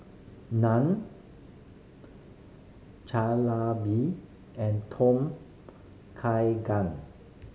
Naan Jalebi and Tom Kha Gan